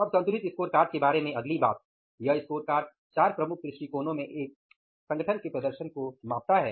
अब संतुलित स्कोरकार्ड के बारे में अगली बात यह स्कोरकार्ड चार प्रमुख दृष्टिकोणों से एक संगठन के प्रदर्शन को मापता है